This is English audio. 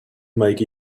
make